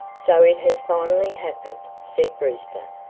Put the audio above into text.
so it has finally happened, said brewster,